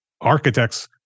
architects